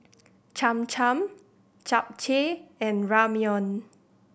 Cham Cham Japchae and Ramyeon